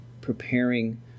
preparing